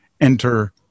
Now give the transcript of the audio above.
enter